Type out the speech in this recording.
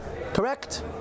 Correct